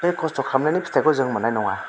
बे खस्थ' खालामनायनि फिथाइखौ जों मोनाय नङा